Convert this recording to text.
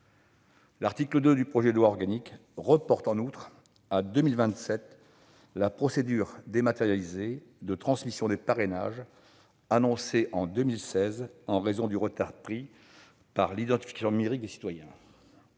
L'article 2 reporte en outre à 2027 la procédure dématérialisée de transmission des parrainages annoncée en 2016, en raison du retard pris dans l'identification numérique des citoyens.